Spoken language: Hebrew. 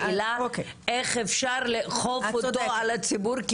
השאלה איך אפשר לאכוף אותו על הציבור,